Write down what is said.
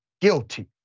guilty